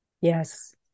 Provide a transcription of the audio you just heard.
yes